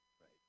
Right